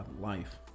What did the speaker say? life